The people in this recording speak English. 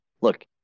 look